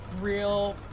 real